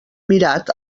mirat